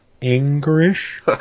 English